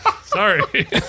Sorry